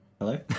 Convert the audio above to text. Hello